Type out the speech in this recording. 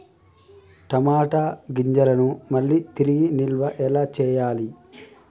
టమాట గింజలను మళ్ళీ తిరిగి నిల్వ ఎలా చేయాలి?